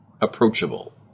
approachable